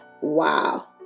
Wow